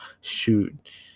shoot